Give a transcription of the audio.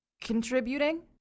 contributing